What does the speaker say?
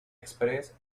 express